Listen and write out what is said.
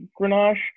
Grenache